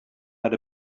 had